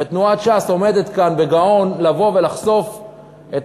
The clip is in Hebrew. ותנועת ש"ס עומדת כאן בגאון, לבוא ולחשוף את